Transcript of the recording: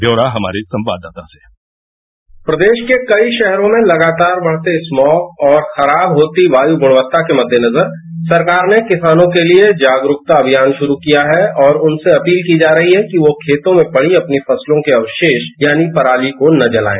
व्यौरा हमारे संवाददाता से प्रदेश के कई शहरों में लगातार बढ़ते स्मोक और खराब होती वायु गुणवत्ता के मदेनजर सरकार ने किसानों के लिए जागरूकता अभियान शुरू किया है और उनसे अपील की जा रही है कि वह खेतों में पढ़ी अपनी फसलों के अवशेष यानी पराली को न जलाएं